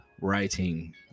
writing